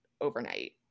overnight